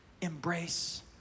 embrace